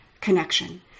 connection